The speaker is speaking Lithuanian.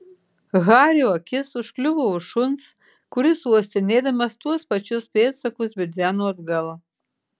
hario akis užkliuvo už šuns kuris uostinėdamas tuos pačius pėdsakus bidzeno atgal